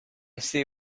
see